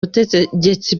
butegetsi